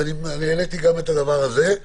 אז העליתי גם את הדבר הזה.